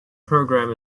program